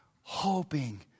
hoping